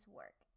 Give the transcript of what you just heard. work